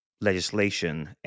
legislation